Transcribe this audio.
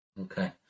Okay